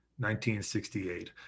1968